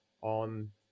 on